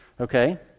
Okay